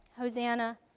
Hosanna